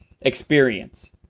experience